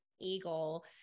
Eagle